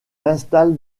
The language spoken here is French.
installe